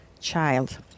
child